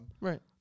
Right